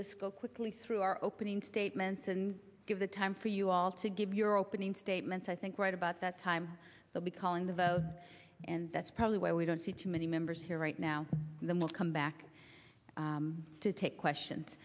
do is go quickly through our opening statements and give the time for you all to give your opening statements i think right about that time will be calling the vote and that's probably where we don't see too many members here right now the most come back to take question